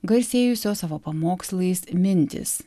garsėjusio savo pamokslais mintys